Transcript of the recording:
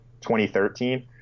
2013